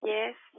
Yes